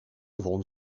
won